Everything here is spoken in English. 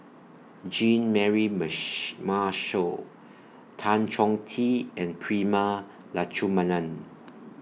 Jean Mary mesh Marshall Tan Chong Tee and Prema Letchumanan